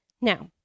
Now